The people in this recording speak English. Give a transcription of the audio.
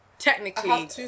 Technically